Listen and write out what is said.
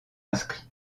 inscrits